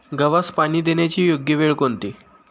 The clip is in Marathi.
गव्हास पाणी देण्याची योग्य वेळ कोणती?